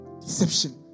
Deception